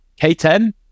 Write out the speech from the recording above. K10